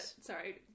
sorry